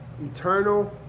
eternal